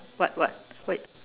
what what wait